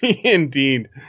Indeed